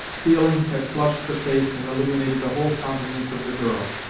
feeling had flushed the face and illuminated the whole countenance of the girl,